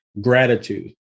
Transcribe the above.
gratitude